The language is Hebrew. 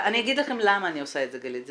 אני אגיד לך למה אני עושה את זה, גלית.